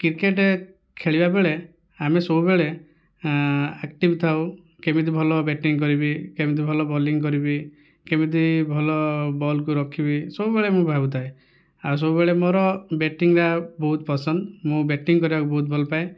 cricket ଖେଳିଲାବେଳେ ଆମେ ସବୁବେଳେ ଆକ୍ଟିଭ୍ ଥାଉ କେମିତି ଭଲ ବ୍ୟାଟିଙ୍ଗ୍ କରିବି କେମିତି ଭଲ ବୋଲିଙ୍ଗ୍ କରିବି କେମିତି ଭଲ ବଲକୁ ରଖିବି ସବୁବେଳେ ମୁଁ ଭାବୁଥାଏ ଆଉ ସବୁବେଳେ ମୋର ବ୍ୟାଟିଙ୍ଗିଟା ବହୁତ ପସନ୍ଦ ମୁଁ ବ୍ୟାଟିଙ୍ଗି କରିବାକୁ ବହୁତ ଭଲ ପାଏ